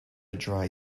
dry